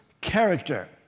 character